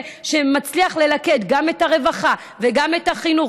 שמצליח ללכד גם את הרווחה וגם את החינוך